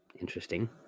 interesting